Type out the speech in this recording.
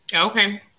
Okay